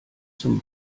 zum